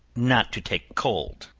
not to take cold.